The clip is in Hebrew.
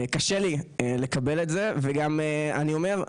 קשה לי לקבל את זה וגם אני אומר,